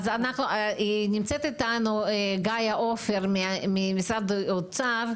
נמצאת איתנו גאיה עפר ממשרד האוצר,